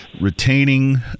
retaining